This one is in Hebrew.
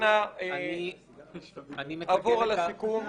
היועץ המשפטי, אנא עבור על הסיכום.